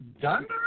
Dunder